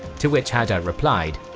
to which hada replied,